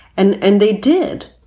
and and they did.